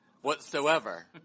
whatsoever